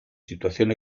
situación